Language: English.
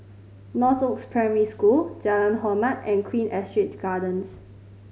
Northoaks Primary School Jalan Hormat and Queen Astrid Gardens